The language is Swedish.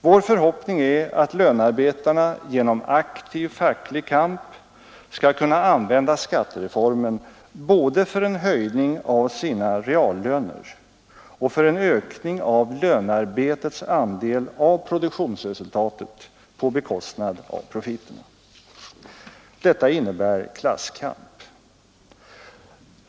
Vår förhoppning är att lönarbetarna genom aktiv facklig kamp skall kunna använda skattereformen både för en höjning av sina reallöner och för en höjning av lönarbetets andel av produktionsresultatet på bekostnad av profiten. Detta innebär klasskamp.